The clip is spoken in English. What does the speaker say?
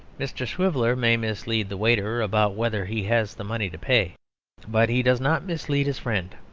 mr. swiveller may mislead the waiter about whether he has the money to pay but he does not mislead his friend,